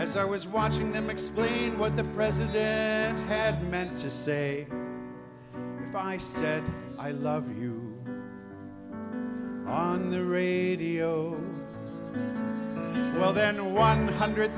as i was watching them explain what the president had meant to say by said i love you on the radio well then a one hundred